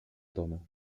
toma